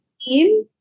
team